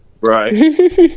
right